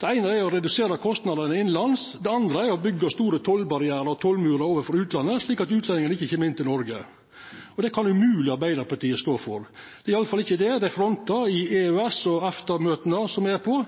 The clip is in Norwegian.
Den eine er å redusera kostnadene innanlands. Den andre er å byggja store tollbarrierar og tollmurar overfor utlandet, slik at utlendingane ikkje kjem inn til Noreg. Det kan umogleg Arbeidarpartiet stå for. Det er iallfall ikkje det dei frontar i EØS- og i EFTA-møta som me er på,